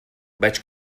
vaig